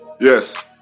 Yes